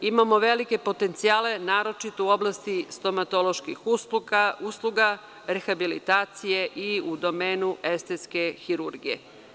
Imamo velike potencijale, naročito u oblasti stomatoloških usluga, rehabilitacije i u domenu estetske hirurgije.